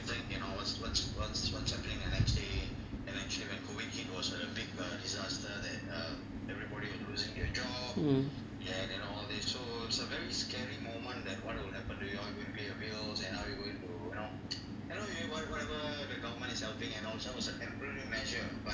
mm